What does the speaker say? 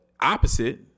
opposite